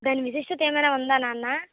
దాని విశిష్టత ఏమైనా ఉందా నాన్న